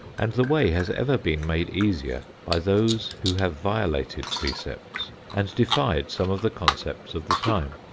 and the way has ever been made easier by those who have violated precepts and defied some of the concepts of the time.